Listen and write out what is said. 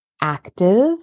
active